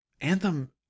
Anthem